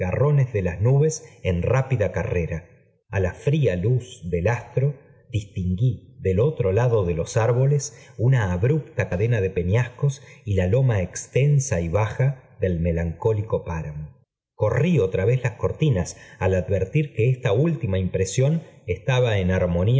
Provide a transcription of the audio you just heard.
de las nubes en rápida carrera a la fría luz del astro distinguí del otro lado js loa árboles una abrupta cadena de peñascos y la loma extensa y baja del melancólico páramo corrí otra vez las cortinas al advertir que esta última impresión estaba en